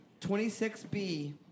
26B